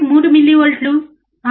3 మిల్లీవోల్ట్లు 6